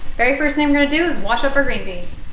very first i'm going to do is wash up our green beans.